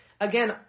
again